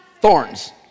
Thorns